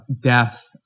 death